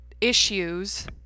issues